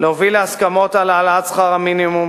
להוביל להסכמות על העלאת שכר המינימום,